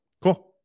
Cool